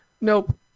nope